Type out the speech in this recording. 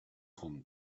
grande